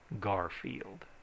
Garfield